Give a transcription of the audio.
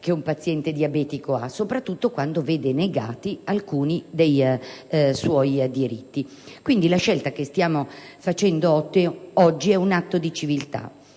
che un paziente diabetico ha, soprattutto quando vede negati alcuni dei suoi diritti. La scelta che stiamo facendo oggi è quindi un atto di civiltà,